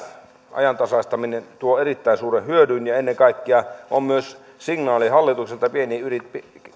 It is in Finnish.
ajantasaistaminen tuo erittäin suuren hyödyn ja ennen kaikkea on myös signaali hallitukselta pieniin